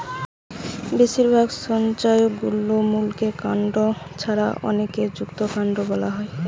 বেশিরভাগ সংজ্ঞায় গুল্মকে মূল কাণ্ড ছাড়া অনেকে যুক্তকান্ড বোলা হয়